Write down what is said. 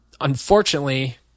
Unfortunately